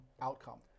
outcome